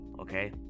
okay